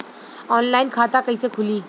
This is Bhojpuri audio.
ऑनलाइन खाता कइसे खुली?